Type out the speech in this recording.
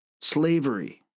slavery